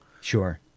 Sure